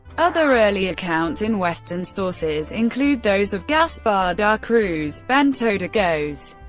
other early accounts in western sources include those of gaspar da cruz, bento de goes,